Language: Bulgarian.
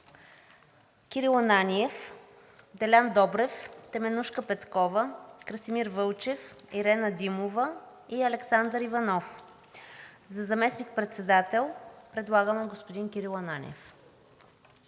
Кирил Ананиев, Делян Добрев, Теменужка Петкова, Красимир Вълчев, Ирена Димова и Александър Иванов. За заместник-председател предлагам господин Кирил Ананиев.